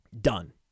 Done